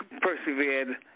persevered